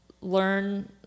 learn